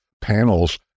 panels